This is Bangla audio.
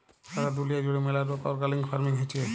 সারা দুলিয়া জুড়ে ম্যালা রোক অর্গ্যালিক ফার্মিং হচ্যে